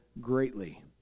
greatly